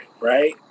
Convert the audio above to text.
right